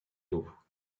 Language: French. tout